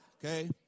okay